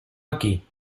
aquí